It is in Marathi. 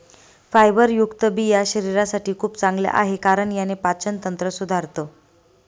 फायबरयुक्त बिया शरीरासाठी खूप चांगल्या आहे, कारण याने पाचन तंत्र सुधारतं